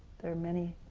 there are many,